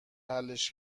حلش